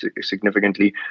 significantly